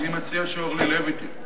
אני מציע שאורלי לוי תהיה.